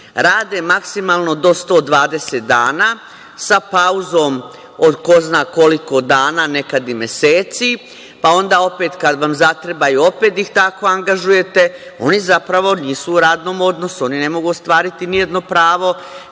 maksimalno do 120 dana sa pauzom od ko zna koliko dana, nekada i meseci, pa onda opet kad vam zatrebaju, opet ih tako angažujte. Oni zapravo nisu u radnom odnosu, oni ne mogu ostvariti ni jedno pravo